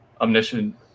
omniscient